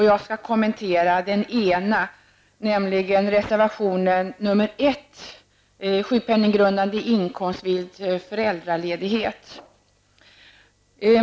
Jag skall kommentera den ena, nämligen reservation 1 om sjukpenninggrundande inkomst vid föräldraledighet .